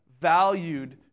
valued